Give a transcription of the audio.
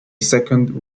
second